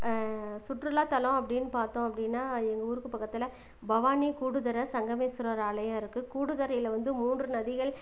சுற்றுலா தலம் அப்படின் பார்த்தோம் அப்படினா எங்கள் ஊருக்கு பக்கத்தில் பவானி கூடுதுற சங்கமேஸ்வரர் ஆலயம் இருக்கு கூடுதுறையில வந்து மூன்று நதிகள்